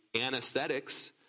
anesthetics